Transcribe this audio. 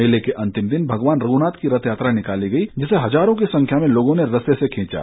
मेले के अंतिम दिन भगवान रघुनाथ की रथ यात्रा निकाली गई जिसे हजारों की संख्या में लोगों ने रस्से से खींचा